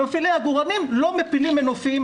מפעילי העגורנים לא מפילים מנופים,